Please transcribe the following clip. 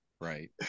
right